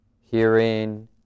hearing